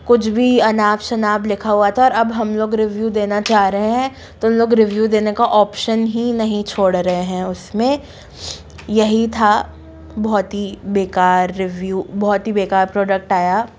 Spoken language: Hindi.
कुछ भी अनाप शनाप लिखा हुआ था और अब हम लोग रिव्यू देना चाह रहे हैं तो उन लोग रिव्यू देने का ऑप्शन ही नहीं छोड़ रहे हैं उसमें यही था बहुत ही बेकार रिव्यू बहुत ही बेकार प्रोडक्ट आया